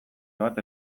bat